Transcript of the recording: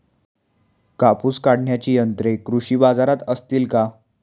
कापूस काढण्याची यंत्रे कृषी बाजारात असतील का?